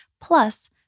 plus